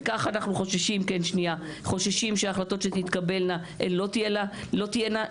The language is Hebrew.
וכך אנחנו חוששים שההחלטות שתתקבלנה הן לא תהינה שוויוניות,